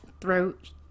throat